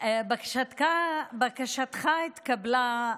בקשתך התקבלה,